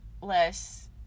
less